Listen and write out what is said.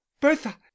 bertha